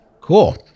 Cool